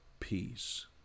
peace